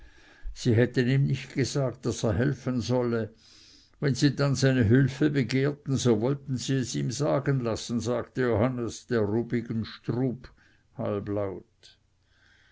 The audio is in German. sie hätten ihm nicht gesagt daß er helfen solle wenn sie dann seine hülfe begehrten so wollten sie es ihm sagen lassen sagte johannes der rubigenstrub halblaut